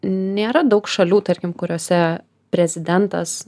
nėra daug šalių tarkim kuriose prezidentas